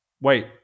Wait